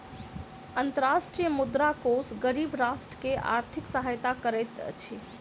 अंतर्राष्ट्रीय मुद्रा कोष गरीब राष्ट्र के आर्थिक सहायता करैत अछि